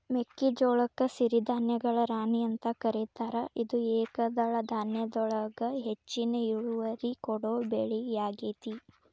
ಮೆಕ್ಕಿಜೋಳಕ್ಕ ಸಿರಿಧಾನ್ಯಗಳ ರಾಣಿ ಅಂತ ಕರೇತಾರ, ಇದು ಏಕದಳ ಧಾನ್ಯದೊಳಗ ಹೆಚ್ಚಿನ ಇಳುವರಿ ಕೊಡೋ ಬೆಳಿಯಾಗೇತಿ